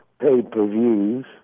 pay-per-views